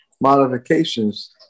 modifications